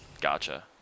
Gotcha